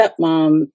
stepmom